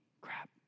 crap